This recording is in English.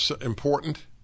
important